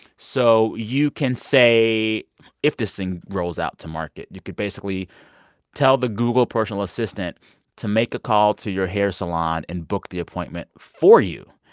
so you can say if this thing rolls out to market, you could basically tell the google personal assistant to make a call to your hair salon and book the appointment for you.